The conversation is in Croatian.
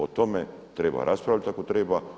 O tome treba raspravljati ako treba.